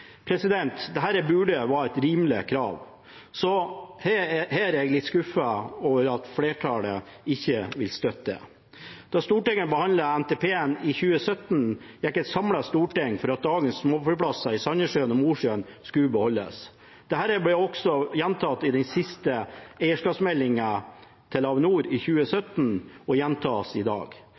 burde være et rimelig krav, så jeg er litt skuffet over at flertallet ikke vil støtte dette. Da Stortinget behandlet NTP i 2017, gikk et samlet storting for at dagens småflyplasser i Sandnessjøen og Mosjøen skulle beholdes. Dette ble også gjentatt i den siste eierskapsmeldingen til Avinor, i 2017, og gjentas i dag.